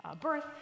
birth